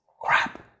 crap